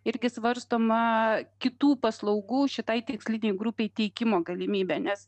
irgi svarstoma kitų paslaugų šitai tikslinei grupei teikimo galimybė nes